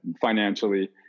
financially